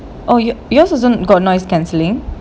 oh ya yours also got noise canceling